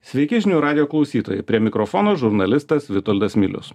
sveiki žinių radijo klausytojai prie mikrofono žurnalistas vitoldas milius